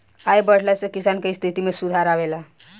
आय बढ़ला से किसान के स्थिति में सुधार आवेला